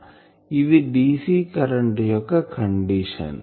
ఇది dc current యొక్క condition